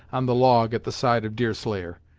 on the log at the side of deerslayer.